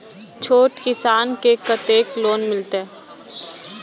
छोट किसान के कतेक लोन मिलते?